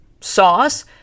sauce